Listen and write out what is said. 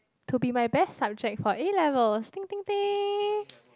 to be my best subject for A levels ding ding ding